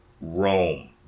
Rome